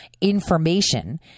information